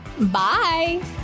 Bye